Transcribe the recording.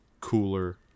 cooler